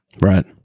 Right